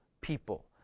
people